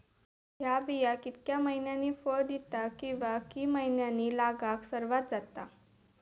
हया बिया कितक्या मैन्यानी फळ दिता कीवा की मैन्यानी लागाक सर्वात जाता?